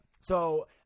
So-